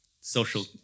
social